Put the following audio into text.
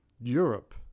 Europe